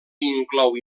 inclou